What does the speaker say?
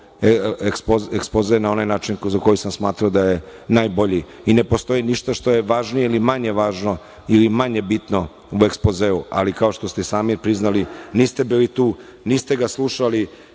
ekspoze na onaj način za koji sam smatrao da je najbolji. Ne postoji ništa što je važnije ili manje važno ili manje bitno u ekspozeu, ali kao što ste sami priznali, niste buli tu, niste ga slušali,